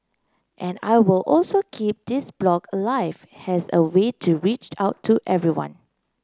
and I will also keep this blog alive as a way to reach out to everyone